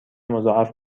مضاعف